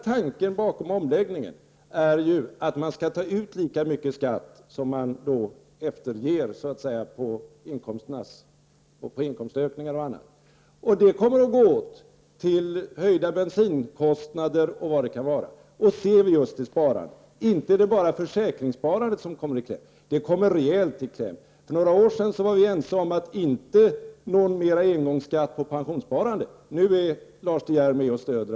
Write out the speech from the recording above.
Tanken bakom omläggningen är ju att man skall ta ut lika mycket skatt som så att säga efterges på inkomstökningar och annat. Pengarna kommer att gå åt — det blir ju höjda bensinkostnader etc. Om vi ser just till sparandet är det inte bara försäkringssparandet som kommer i kläm, och det rejält! För några år sedan var vi ense om att det inte skulle bli någon ytterligare engångsskatt på pensionssparandet. Men nu ger Lars De Geer sitt stöd i det sammanhanget.